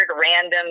random